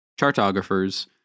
Chartographers